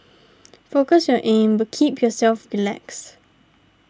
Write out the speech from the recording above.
focus on your aim but keep yourself relaxed